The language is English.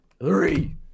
three